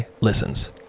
listens